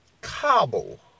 Cobble